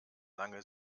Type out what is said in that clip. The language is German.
lange